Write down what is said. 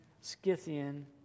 Scythian